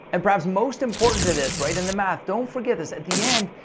and perhaps most important to this right in the math, don't forget this. at the end,